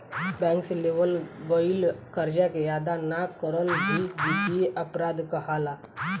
bank से लेवल गईल करजा के अदा ना करल भी बित्तीय अपराध कहलाला